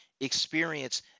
experience